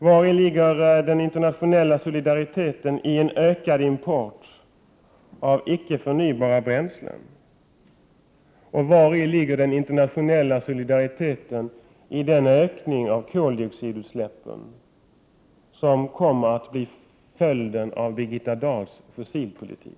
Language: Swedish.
Vari ligger den internationella solidariteten i en ökad import av icke förnybara bränslen? Vari ligger den internationella solidariteten i den ökning av koldioxidutsläppen som kommer att bli följden av Birgitta Dahls fossilpolitik?